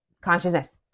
consciousness